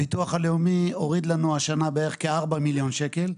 הביטוח הלאומי הוריד לנו השנה בערך כ-4 מיליון שקל.